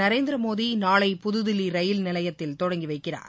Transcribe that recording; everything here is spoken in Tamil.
நரேந்திரமோடி நாளை புதுதில்லி ரயில் நிலையத்தில் தொடங்கி வைக்கிறார்